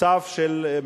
סף של מזונות.